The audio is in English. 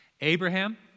Abraham